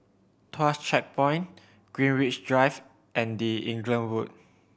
Tuas Checkpoint Greenwich Drive and The Inglewood